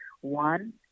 One